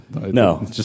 No